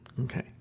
Okay